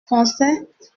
français